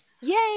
Yay